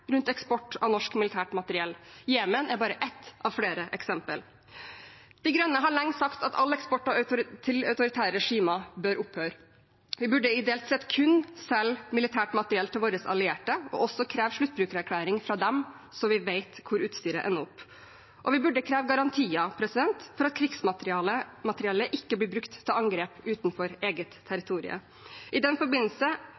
rundt eksport av norsk militært materiell. Jemen er bare ett av flere eksempler. Miljøpartiet De Grønne har lenge sagt at all eksport til autoritære regimer bør opphøre. Vi burde ideelt sett selge militært materiell kun til våre allierte og kreve sluttbrukererklæring fra dem, slik at vi vet hvor utstyret ender opp, og vi burde kreve garantier for at krigsmateriellet ikke blir brukt til angrep utenfor eget